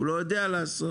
הוא לא יודע לעשות.